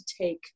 take